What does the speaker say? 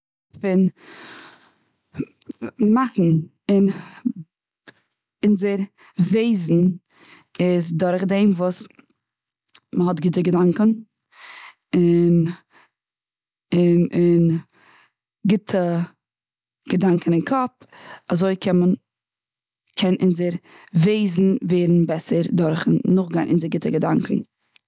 פון מאכן און אונזער וועזן. איז דורך דעם וואס מ'האט גוטע געדאנקען און, און און גוטע געדאנקען און קאפ אזוי קען מען, קען אונזער וועזן ווערן בעסער דורכן נאכגיין אונזער גוטע געדאנקען.